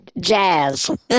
jazz